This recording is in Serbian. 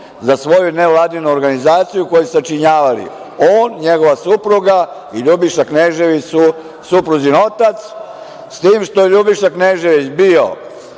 za svoju nevladinu organizaciju, koju su sačinjavali on, njegova supruga i Ljubiša Knežević, suprugin otac, s tim što je Ljubiša Knežević bio